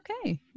okay